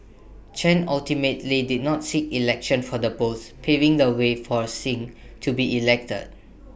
Chen ultimately did not seek election for the post paving the way for Singh to be elected